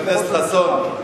חבר הכנסת חסון,